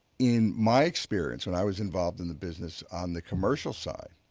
in my experience, and i was involved in the business on the commercial side,